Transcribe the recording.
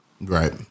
Right